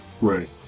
Right